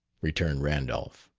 returned randolph.